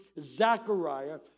Zechariah